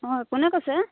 হয় কোনে কৈছে